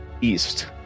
east